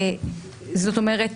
זאת אומרת,